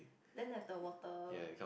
then have the water